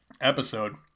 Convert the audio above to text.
episode